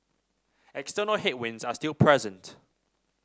external headwinds are still present